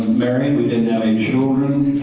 married, we didn't have any children.